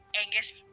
Angus